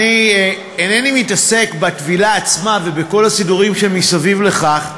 אני אינני מתעסק בטבילה עצמה ובכל הסידורים שמסביב לכך,